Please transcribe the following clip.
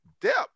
depth